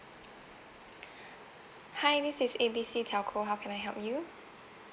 hi this is A B C telco how can I help you